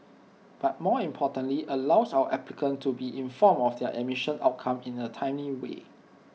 but more importantly allows our applicants to be informed of their admission outcome in A timely way